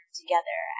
together